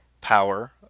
power